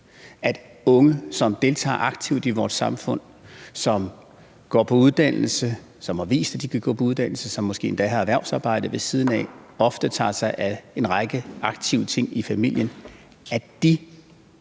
de unge, som deltager aktivt i vort samfund, – som går på en uddannelse; som har vist, at de kan gå på en uddannelse; som måske endda har erhvervsarbejde ved siden af; ofte tager sig af en række aktive ting i familien – på